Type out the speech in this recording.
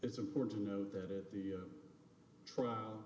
it's important to know that at the trial